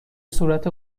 صورت